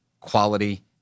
quality